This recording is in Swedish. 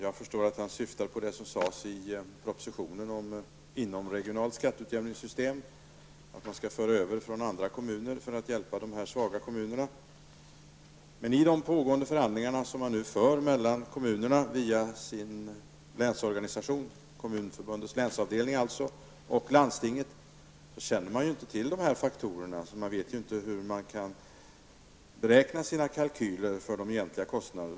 Jag förstår att han syftar på det som sades i propositionen om inomregionalskatteutjämning, att man för över från andra kommuner för att hjälpa de svaga kommunerna. Men i de pågående förhandlingar som förs via kommunförbundets länsavdelning och landstinget så känner man inte till dessa faktorer och vet inte hur man skall beräkna de egentliga kostnaderna.